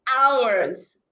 hours